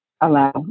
allow